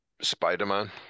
Spider-Man